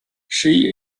she